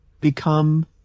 become